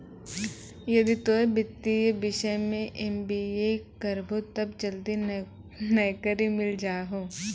यदि तोय वित्तीय विषय मे एम.बी.ए करभो तब जल्दी नैकरी मिल जाहो